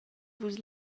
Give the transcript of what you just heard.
vus